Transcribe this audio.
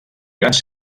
grans